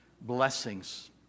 blessings